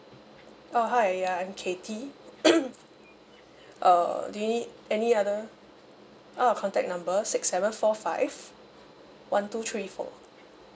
uh hi I am kathy uh do you need any other err contact number six seven four five one two three four